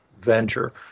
venture